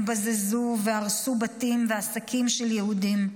הם בזזו והרסו בתים ועסקים של יהודים.